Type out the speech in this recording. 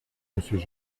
monsieur